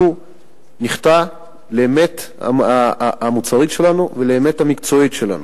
אנחנו נחטא לאמת המוסרית שלנו ולאמת המקצועית שלנו.